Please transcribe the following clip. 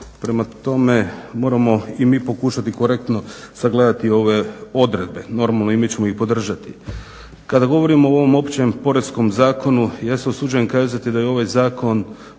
Prema tome, moramo i mi pokušati korektno sagledati ove odredbe. Normalno i mi ćemo ih podržati. Kada govorim o ovom Općem poreskom zakonu ja se usuđujem kazati da je ovaj Zakon